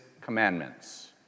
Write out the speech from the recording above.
commandments